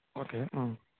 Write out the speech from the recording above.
okay